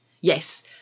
yes